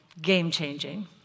game-changing